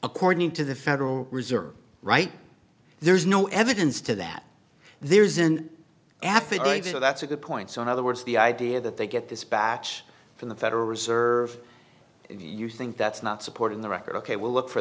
according to the federal reserve right there's no evidence to that there's an affidavit or that's a good point so in other words the idea that they get this batch from the federal reserve if you think that's not supporting the record ok we'll look for